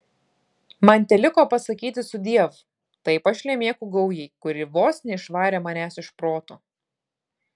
man teliko pasakyti sudiev tai pašlemėkų gaujai kuri vos neišvarė manęs iš proto